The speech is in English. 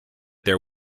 there